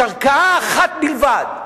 יש ערכאה אחת בלבד,